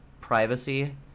privacy